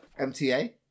MTA